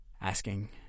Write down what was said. Asking